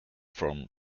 from